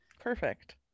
perfect